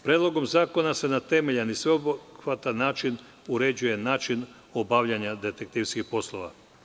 Predlogom zakona se na temeljan i sveobuhvatan način uređuje način obavljanja detektivskih poslova.